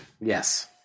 Yes